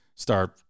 start